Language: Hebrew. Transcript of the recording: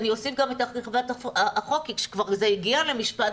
ואני אוסיף גם את מערכת החוק כי כשכבר זה הגיע למשפט,